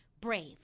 Brave